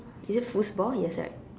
is it foosball yes right